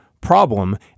problem